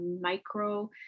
micro